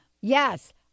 Yes